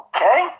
Okay